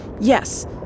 Yes